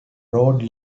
road